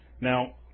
Now